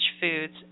foods